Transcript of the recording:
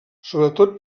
sobretot